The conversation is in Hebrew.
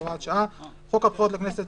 הוראת שעה 3. חוק הבחירות לכנסת ,